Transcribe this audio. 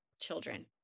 children